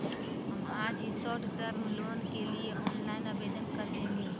हम आज ही शॉर्ट टर्म लोन के लिए ऑनलाइन आवेदन कर देंगे